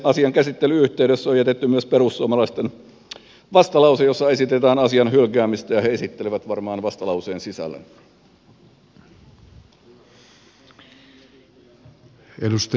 asian käsittelyn yhteydessä on jätetty myös perussuomalaisten vastalause jossa esitetään asian hylkäämistä ja he esittelevät varmaan vastalauseen sisällön